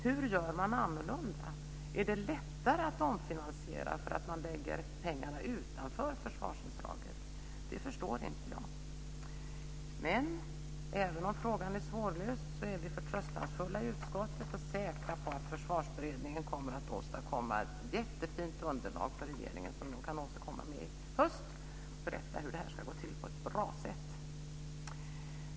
Hur gör man annorlunda? Är det lättare att omfinansiera om man lägger pengarna utanför försvarsanslaget? Det förstår inte jag. Men även om frågan är svårlöst är vi förtröstansfulla i utskottet. Vi är säkra på att försvarsberedningen kommer att åstadkomma ett jättefint underlag för regeringen så att den kan återkomma i höst och berätta hur det här ska gå till på ett bra sätt.